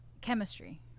chemistry